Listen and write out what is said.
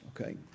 okay